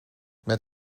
met